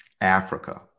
Africa